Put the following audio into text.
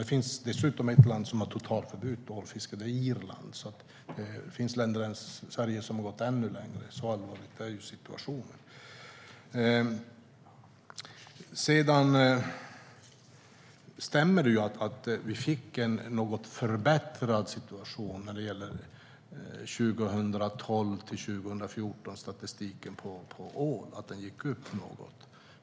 Ett land har dessutom totalförbud på ålfiske, nämligen Irland. Det finns alltså länder som har gått ännu längre än Sverige. Så allvarlig är situationen. Det stämmer att vi fick en förbättrad situation och antalet ålar gick upp något, vilket syns i statistiken för 2012-2014.